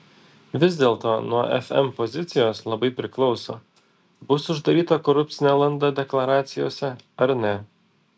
vis dėlto nuo fm pozicijos labai priklauso bus uždaryta korupcinė landa deklaracijose ar ne